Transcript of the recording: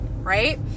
right